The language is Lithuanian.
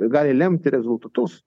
gali lemti rezultatus